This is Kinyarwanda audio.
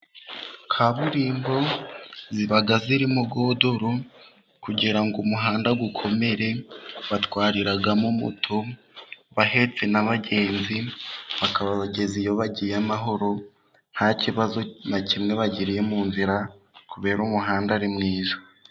Kaburimbo ziba zirimo godoro kugira ngo umuhanda ukomere, batwariramo moto bahetse n'abagenzi bakabageza iyo bagiye amahoro, nta kibazo na kimwe bagiriye mu nzira, bera umuhanda ari mwiza.